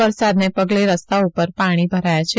વરસાદને પગલે રસ્તાઓ ઉપર પાણી ભરાયા છે